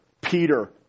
Peter